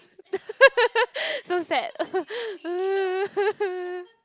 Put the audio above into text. so sad